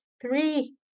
three